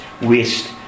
waste